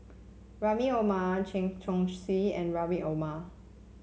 Rahim Omar Chen Chong Swee and Rahim Omar